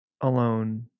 alone